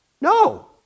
No